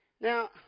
Now